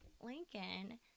Lincoln